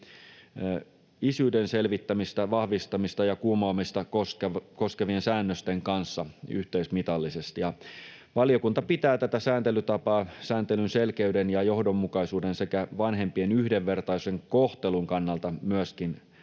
isyyden selvittämistä, vahvistamista ja kumoamista koskevien säännösten kanssa yhteismitallisesti. Valiokunta pitää tätä sääntelytapaa sääntelyn selkeyden ja johdonmukaisuuden sekä vanhempien yhdenvertaisen kohtelun kannalta myöskin